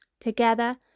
Together